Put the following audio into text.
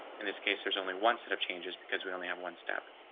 in this case, there's only one set of changes because we only have one step.